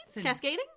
cascading